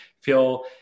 feel